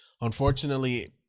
Unfortunately